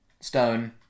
Stone